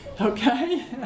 Okay